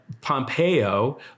Pompeo